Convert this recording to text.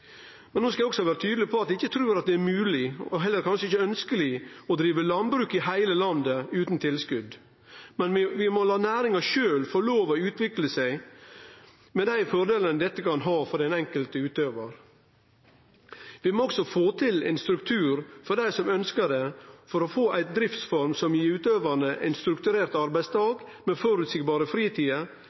Men vi må la næringa sjølv få lov til å utvikle seg med dei fordelane dette kan ha for den enkelte utøvaren. Vi må også få til ein struktur – for dei som ønskjer det – for å få ei driftsform som gir utøvarane ein strukturert arbeidsdag med